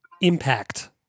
impact